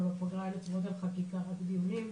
בפגרה אין הצבעות על חקיקה בדיונים.